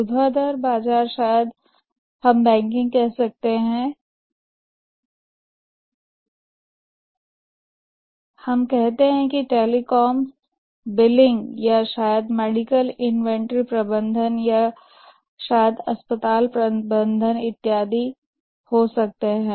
ऊर्ध्वाधर बाजार शायद हमें बैंकिंग कहते हैं हम कहते हैं टेलीकॉम बिलिंग या शायद मेडिकल इन्वेंट्री प्रबंधन या शायद अस्पताल प्रबंधन इत्यादि हो सकते हैं